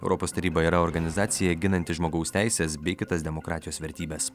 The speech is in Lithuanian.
europos taryba yra organizacija ginanti žmogaus teises bei kitas demokratijos vertybes